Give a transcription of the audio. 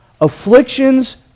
Afflictions